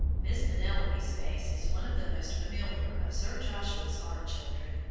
miss penelope's face is one of the most familiar of sir joshua's art children,